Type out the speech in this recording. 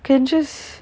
can just